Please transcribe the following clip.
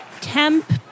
temp